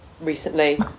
recently